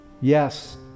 yes